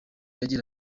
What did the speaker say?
agira